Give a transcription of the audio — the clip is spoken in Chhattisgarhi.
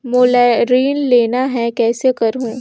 मोला ऋण लेना ह, कइसे करहुँ?